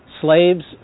Slaves